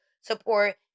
support